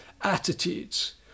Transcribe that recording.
attitudes